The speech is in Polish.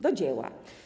Do dzieła.